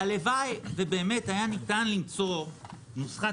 הלוואי שהיה ניתן באמת למצוא נוסחת